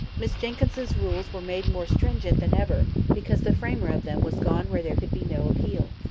miss jenkyns's rules were made more stringent than ever, because the framer of them was gone where there could be no appeal.